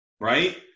right